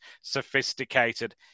sophisticated